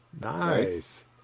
Nice